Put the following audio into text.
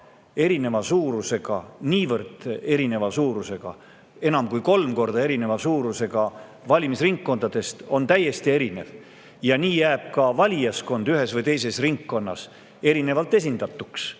erineva suurusega – niivõrd erineva suurusega, et vahe on enam kui kolm korda – valimisringkondadest on täiesti erinev. Nii jääb ka valijaskond ühes või teises ringkonnas erinevalt esindatuks.